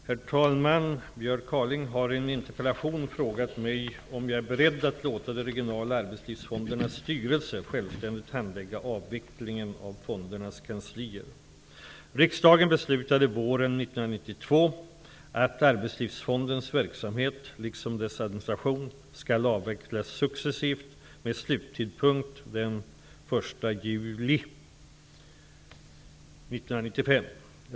Herr talman! Björn Kaaling har i en interpellation frågat mig om jag är beredd att låta de regionala arbetslivsfondernas styrelser självständigt handlägga avvecklingen av fondernas kanslier. 1995.